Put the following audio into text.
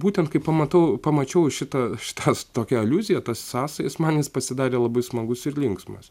būtent kai pamatau pamačiau šitą šitą tokią aliuziją tas sąsajas man jis pasidarė labai smagus ir linksmas